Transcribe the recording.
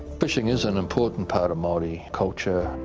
fishing is an important part of maori culture.